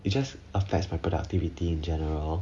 it just affects my productivity in general